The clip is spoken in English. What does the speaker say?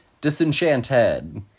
Disenchanted